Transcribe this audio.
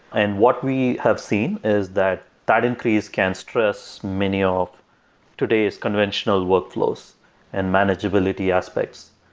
and what we have seen is that that increase can stress many of today's conventional workflows and manageability aspects,